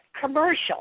commercial